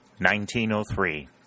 1903